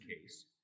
case